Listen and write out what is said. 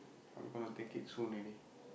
I'm gonna take it soon already